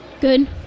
Good